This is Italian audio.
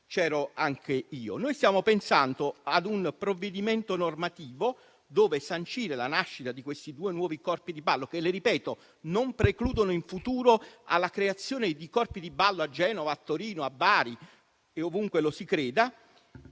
Noi stiamo pensando ad un provvedimento normativo in cui sancire la nascita di questi due nuovi corpi di ballo, che - glielo ripeto - non precludono in futuro alla creazione di corpi di ballo a Genova, a Torino, a Bari e ovunque lo si creda.